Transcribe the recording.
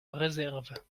réserves